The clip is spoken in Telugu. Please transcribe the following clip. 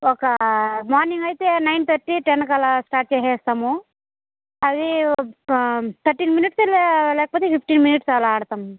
ఒక మార్నింగ్ అయితే నైన్ థర్టీ టెన్కు అలా స్టార్ట్ చేసేస్తాము మళ్ళీ ఒక థర్టీన్ మినిట్స్ లే లేకపోతే ఫిఫ్టీన్ మినిట్స్ అలా ఆడతాం